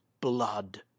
blood